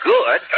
Good